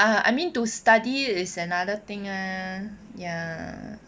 I mean to study is another thing ah